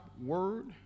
Word